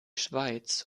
schweiz